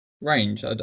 range